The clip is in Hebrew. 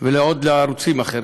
ולערוצים אחרים.